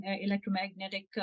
electromagnetic